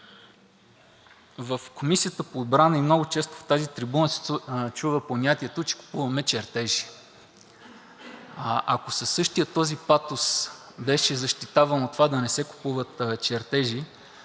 В Комисията по отбрана и много често от тази трибуна се чува понятието, че купуваме чертежи. Ако със същия този патос беше защитавано това да не се купуват чертежи,